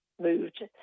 moved